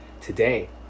today